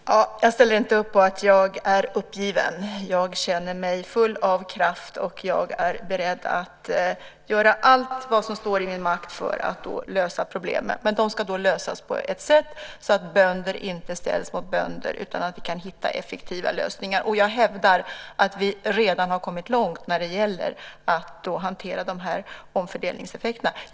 Fru talman! Jag ställer inte upp på det som sägs om att jag är uppgiven. Jag känner mig full av kraft, och jag är beredd att göra allt som står i min makt för att lösa problemen. Men de ska då lösas på ett sådant sätt att bönder inte ställs mot bönder utan så att vi kan hitta effektiva lösningar. Jag hävdar att vi redan har kommit långt när det gäller att hantera de här omfördelningseffekterna.